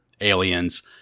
aliens